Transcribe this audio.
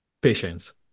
patience